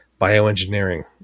bioengineering